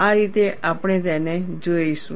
આ રીતે આપણે તેને જોઈશું